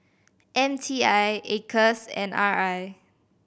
M T I Acres and R I